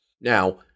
Now